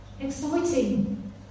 Exciting